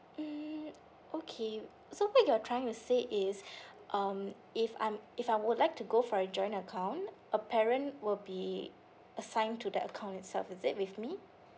mm okay so you're trying to say is um if I'm if I would like to go for a joint account a parent will be assigned to that account itself is it with me